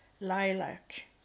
lilac